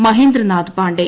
Mahendranath Pandey